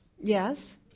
Yes